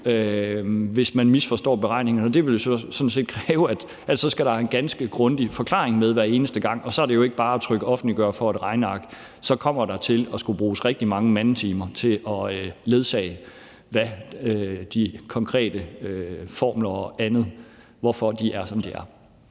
hvis man misforstår beregningerne. Det vil jo sådan set kræve, at der så skal en ganske grundig forklaring med hver eneste gang, og så er det jo ikke bare at trykke »offentliggør« for et regneark. Så kommer der til at skulle bruges rigtig mange mandetimer til at forklare, hvad de konkrete formler og andet betyder, og hvorfor de er, som de er.